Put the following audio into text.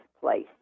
place